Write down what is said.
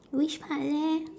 which part leh